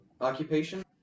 Occupation